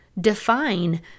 define